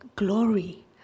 glory